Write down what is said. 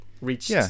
reached